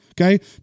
okay